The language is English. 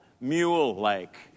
mule-like